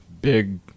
big